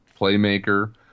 playmaker